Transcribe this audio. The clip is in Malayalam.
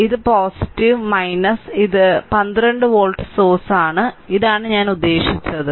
ഇത് ഇത് 12 വോൾട്ട് സോഴ്സാണ് ഇതാണ് ഞാൻ ഉദ്ദേശിച്ചത്